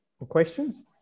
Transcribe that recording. Questions